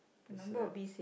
the sad